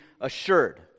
assured